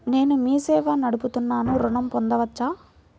నేను మీ సేవా నడుపుతున్నాను ఋణం పొందవచ్చా?